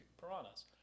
piranhas